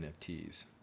NFTs